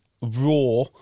raw